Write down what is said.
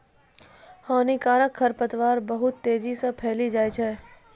हानिकारक खरपतवार बहुत तेजी से फैली जाय छै